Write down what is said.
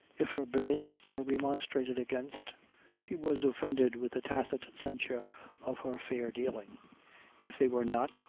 if her bills were remonstrated against she was offended with the tacit censure of her fair-dealing if they were not,